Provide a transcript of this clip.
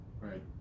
Right